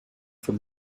from